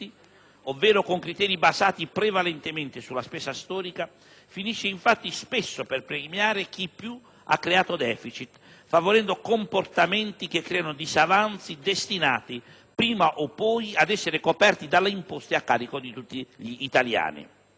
ovvero con criteri basati prevalentemente sulla spesa storica, finisce infatti spesso per premiare chi più ha creato deficit, favorendo comportamenti che creano disavanzi destinati prima o poi ad essere coperti dalle imposte a carico di tutti gli italiani.